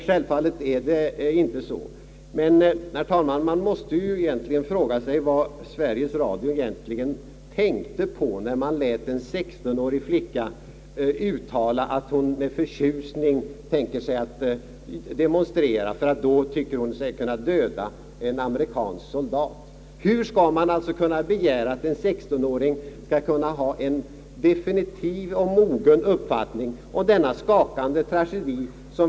Självfallet är det inte så, men herr talman, man måste fråga sig vad Sveriges Radio egentligen tänkte på när man i TV lät en 16-årig flicka uttala, att hon med förtjusning demonstrerar mot USA därför att hon då tycker sig döda en amerikansk soldat. Hur skall man kunna begära att en 16-åring skall kunna ha en definitiv och mogen uppfattning om denna skakande tragedi?